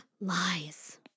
Lies